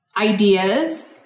Ideas